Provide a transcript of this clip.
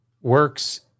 works